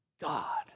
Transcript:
God